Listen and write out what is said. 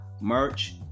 merch